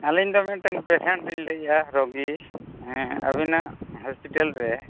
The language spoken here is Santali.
ᱟᱹᱞᱤᱧ ᱫᱚ ᱢᱤᱫᱴᱮᱱ ᱯᱮᱥᱮᱱᱴ ᱞᱤᱧ ᱞᱟᱹᱭᱮᱜᱼᱟ ᱨᱳᱜᱤ ᱟᱹᱵᱤᱱᱟᱜ ᱦᱚᱸᱥᱯᱤᱴᱟᱞᱨᱮ